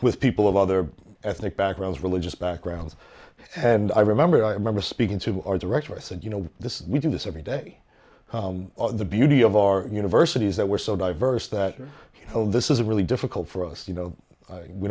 with people of other ethnic backgrounds religious backgrounds and i remember i remember speaking to our director i said you know this is we do this every day the beauty of our universities that we're so diverse that are oh this is a really difficult for us you know we